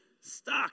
stuck